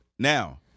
Now